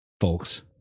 Folks